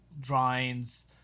drawings